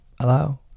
Hello